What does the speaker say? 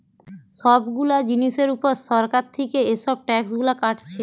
সব গুলা জিনিসের উপর সরকার থিকে এসব ট্যাক্স গুলা কাটছে